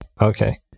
Okay